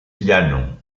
llano